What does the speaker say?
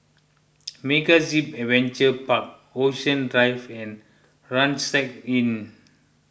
MegaZip Adventure Park Ocean Drive and Rucksack Inn